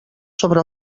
sobre